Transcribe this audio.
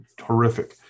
horrific